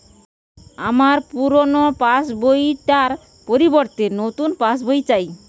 আমার পুরানো পাশ বই টার পরিবর্তে নতুন পাশ বই চাই